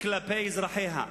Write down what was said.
כלפי אזרחיה,